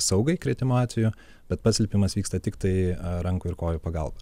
saugai kritimo atveju bet pats lipimas vyksta tiktai a rankų ir kojų pagalba